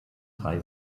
drei